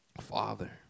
Father